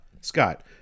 scott